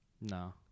No